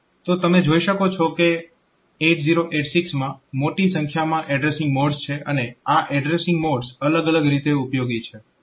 તો તમે જોઈ શકો છો કે 8086 માં મોટી સંખ્યામાં એડ્રેસીંગ મોડ્સ છે અને આ એડ્રેસીંગ મોડ્સ અલગ અલગ રીતે ઉપયોગી છે